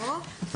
(1)בסעיף 1,